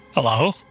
Hello